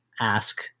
ask